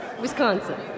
Wisconsin